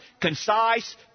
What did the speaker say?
concise